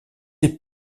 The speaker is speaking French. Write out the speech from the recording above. les